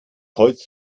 holz